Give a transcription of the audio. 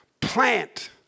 plant